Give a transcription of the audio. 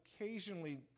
occasionally